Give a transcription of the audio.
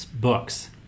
books